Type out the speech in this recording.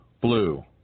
blue